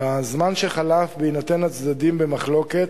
בזמן שחלף בהינתן הצדדים במחלוקת,